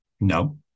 No